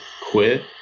quit